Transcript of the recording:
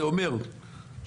זה אומר שאני,